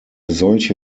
solche